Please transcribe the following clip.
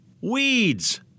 Weeds